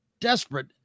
desperate